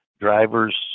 drivers